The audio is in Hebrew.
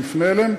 נפנה אליהם,